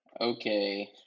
Okay